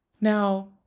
Now